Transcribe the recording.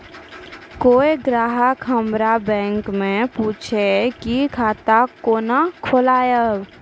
कोय ग्राहक हमर बैक मैं पुछे की खाता कोना खोलायब?